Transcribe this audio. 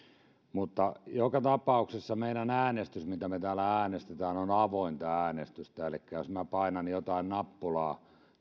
joka tapauksessa meidän äänestyksemme mitä täällä äänestetään on avointa äänestystä elikkä jos minä painan jotain nappulaa